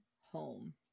home